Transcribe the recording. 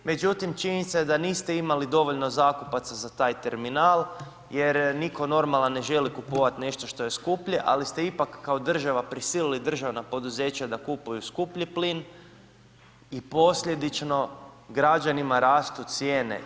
Međutim, činjenica je da niste imali dovoljno zakupaca za taj terminal jer nitko normalan ne želi kupovati nešto što je skuplje ali ste ipak kao država prisilili državna poduzeća da kupuju skuplji plin i posljedično građanima rastu cijene.